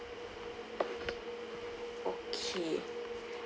okay